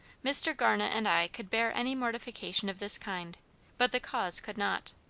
mr. garnet and i could bear any mortification of this kind but the cause could not.